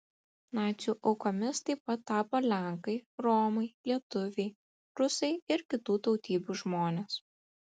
nacių aukomis taip pat tapo lenkai romai lietuviai rusai ir kitų tautybių žmonės